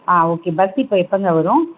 ஆ okay bus இப்போ எப்போங்க வரும்